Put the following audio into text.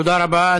תודה רבה.